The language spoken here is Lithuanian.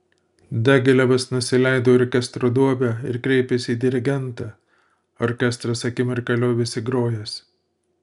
diagilevas nusileido į orkestro duobę ir kreipėsi į dirigentą orkestras akimirką liovėsi grojęs